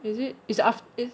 is it is a aft~ is